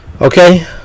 Okay